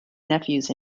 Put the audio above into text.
nephews